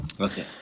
Okay